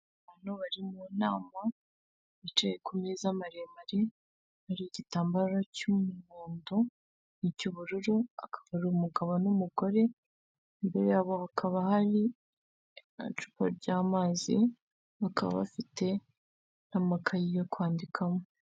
Abantu bari mu nama bicaye ku meza maremare hari igitambaro cy'umuhondo n'icy'ubururu, akaba ari umugabo n'umugore, imbere yabo bakaba hari icupa ry'amazi bakaba bafite amakaye yo kwandikamo.